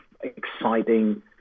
exciting